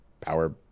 power